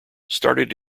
started